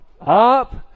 Up